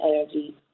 energy